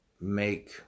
make